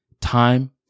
time